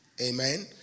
Amen